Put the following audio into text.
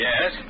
Yes